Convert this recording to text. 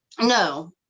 no